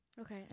Okay